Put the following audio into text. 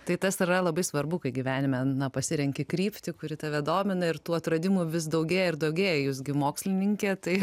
tai tas yra labai svarbu kai gyvenime pasirenki kryptį kuri tave domina ir tų atradimų vis daugėja ir daugėja jūs gi mokslininkė tai